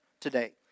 today